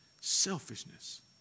Selfishness